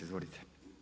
Izvolite.